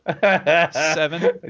Seven